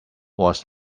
was